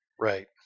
Right